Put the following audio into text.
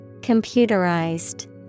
Computerized